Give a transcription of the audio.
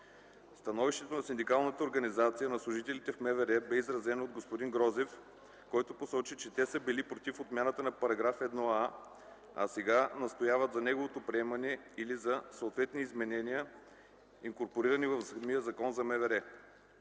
Становището на синдикалната организация на служителите в МВР бе изразено от господин Грозев, който посочи, че те са били против отмяната на § 1а, а сега настояват за неговото приемане или за съответни изменения, инкорпорирани в самия Закон за МВР.